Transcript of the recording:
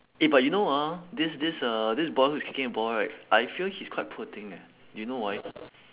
eh but you know ah this this uh this boy who's kicking the ball right I feel he's quite poor thing eh do you know why